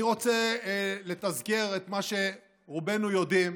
אני רוצה לתזכר את מה שרובנו יודעים